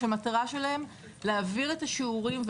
שהמטרה שלהם להעביר את השיעורים,